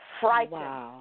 frightened